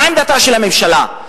מה עמדתה של הממשלה?